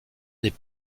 des